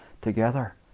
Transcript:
together